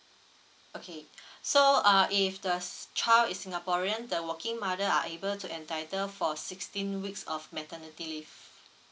okay so uh if the s~ child is singaporean the working mother are able to entitle for sixteen weeks of maternity leave